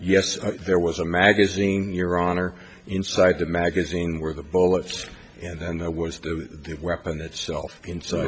yes there was a magazine your honor inside the magazine where the bullets and then there was the weapon itself in